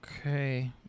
Okay